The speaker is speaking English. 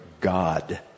God